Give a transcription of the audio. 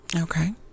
Okay